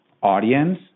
audience